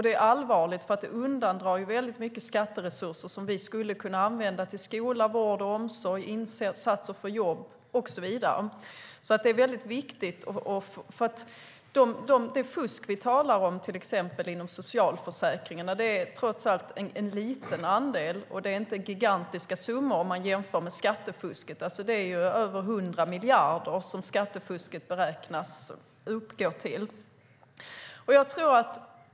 Det är allvarligt eftersom det undandrar väldigt mycket skatteresurser som skulle kunna användas till skola, vård och omsorg, insatser för jobb och så vidare. Det är väldigt viktigt. Det fusk vi talar om inom till exempel socialförsäkringen är trots allt en liten andel. Det är inte gigantiska summor om man jämför med skattefusket. Skattefusket beräknas uppgå till över 100 miljarder.